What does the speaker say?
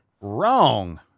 Wrong